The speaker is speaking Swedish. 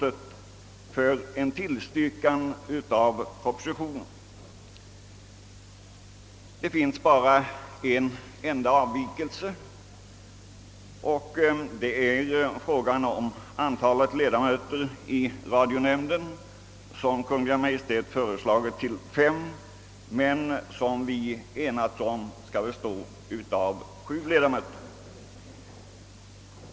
Endast på en enda punkt har utskottsmajoriteten frångått Kungl. Maj:ts förslag, och det är när det gäller antalet ledamöter i radionämnden. Kungl. Maj:t har föreslagit fem ledamöter, medan utskottets ledamöter har enats om att radionämnden bör bestå av sju ledamöter.